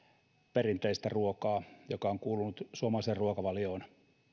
perinteistä ruokaa joka on kuulunut suomalaiseen ruokavalioon